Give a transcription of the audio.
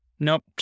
nope